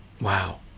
Wow